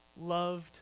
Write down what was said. Loved